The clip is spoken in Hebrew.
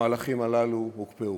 המהלכים הללו הוקפאו.